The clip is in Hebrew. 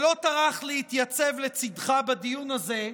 שלא טרח להתייצב לצידך בדיון הזה,